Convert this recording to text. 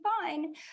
fine